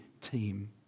team